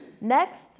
Next